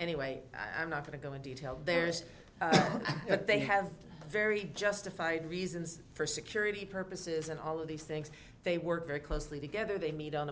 anyway i'm not going to go in detail there's but they have very justified reasons for security purposes and all of these things they work very closely together they meet on a